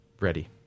ready